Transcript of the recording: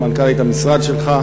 מנכ"לית המשרד שלך.